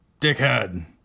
dickhead